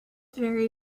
very